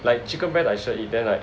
like chicken breast I sure eat then like